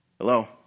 hello